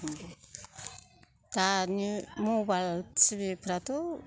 दानि mobile TV फ्राथ'